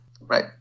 Right